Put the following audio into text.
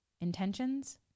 intentions